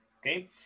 okay